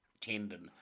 tendon